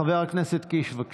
חבר הכנסת קיש, בבקשה.